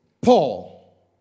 Paul